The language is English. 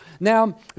Now